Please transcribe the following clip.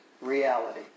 reality